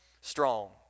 Strong